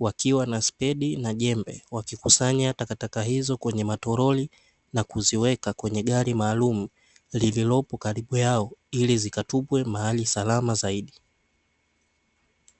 Wakiwa na spedi na jembe, wakikusanya takataka hizo kwenye matoroli na kuziweka kwenye gari maalumu lililopo karibu yao ili zikatupwe mahali salama zaidi.